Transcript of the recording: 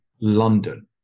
London